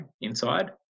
inside